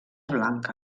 blanca